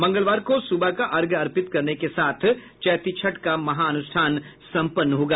मंगलवार को सुबह के अर्घ्य अर्पित करने के साथ चैती छठ का महानुष्ठान संपन्न होगा